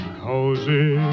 cozy